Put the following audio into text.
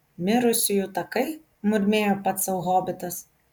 mirusiųjų takai murmėjo pats sau hobitas